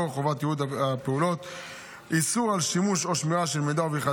והמתמשכת לביטחון המדינה בשימוש של האויב באותן